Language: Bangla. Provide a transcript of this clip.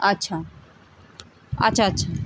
আচ্ছা আচ্ছা আচ্ছা